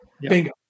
Bingo